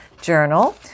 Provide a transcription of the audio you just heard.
journal